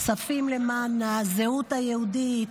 כספים למען הזהות היהודית,